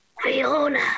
Fiona